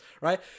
right